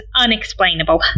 unexplainable